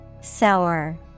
Sour